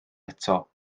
eto